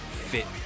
fit